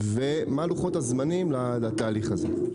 ומה לוחות הזמנים לתהליך הזה.